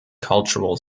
cultural